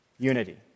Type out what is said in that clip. Unity